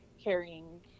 carrying